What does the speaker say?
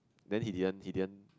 then he didn't he didn't